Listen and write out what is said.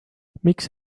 miks